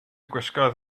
gwisgoedd